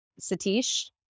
Satish